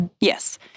Yes